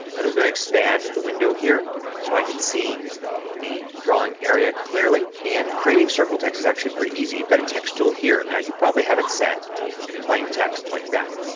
then i'm going to expand the window here so i can see the drawing area clearly. and creating circle text is actually pretty easy. you've got a text too herel. now you probably have it set to plain text like that.